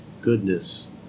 goodness